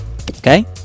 Okay